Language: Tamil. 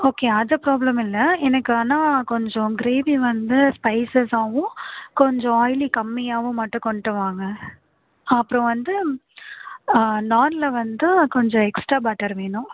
ஓகே அது பராப்ளெம் இல்லை எனக்கு ஆனால் கொஞ்சம் கிரேவி வந்து ஸ்பைஸ்ஸசாகவும் கொஞ்சம் ஆயிலி கம்மியாகவும் மட்டும் கொண்டு வாங்க அப்புறம் வந்து நாணில் வந்து கொஞ்சம் எக்ஸ்ட்ரா பட்டர் வேணும்